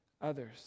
others